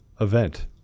event